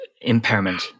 impairment